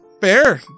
fair